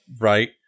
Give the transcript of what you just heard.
Right